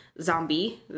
zombie